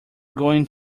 going